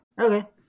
okay